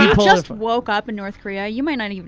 just woke up in north korea you might not